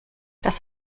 das